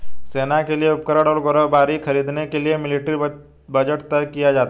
सेना के लिए उपकरण और गोलीबारी खरीदने के लिए मिलिट्री बजट तय किया जाता है